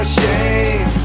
shame